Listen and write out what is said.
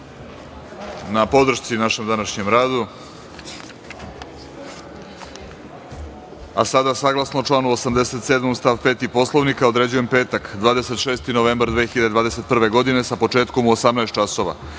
na podršci našem današnjem radu. Saglasno članu 87. stav 5. Poslovnika određujem petak 26. novembar 2021. godine sa početkom u 18.00